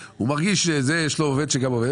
מרגיש שיש לו עובד שגם עובד,